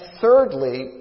thirdly